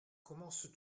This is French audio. commences